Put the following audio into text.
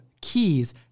keys